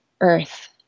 earth